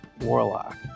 warlock